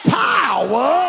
power